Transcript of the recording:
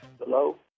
Hello